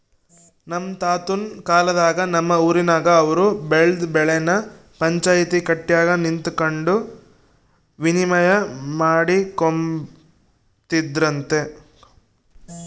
ನಮ್ ತಾತುನ್ ಕಾಲದಾಗ ನಮ್ ಊರಿನಾಗ ಅವ್ರು ಬೆಳ್ದ್ ಬೆಳೆನ ಪಂಚಾಯ್ತಿ ಕಟ್ಯಾಗ ನಿಂತಕಂಡು ವಿನಿಮಯ ಮಾಡಿಕೊಂಬ್ತಿದ್ರಂತೆ